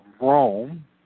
Rome